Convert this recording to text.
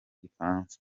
gifaransa